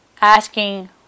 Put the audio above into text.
asking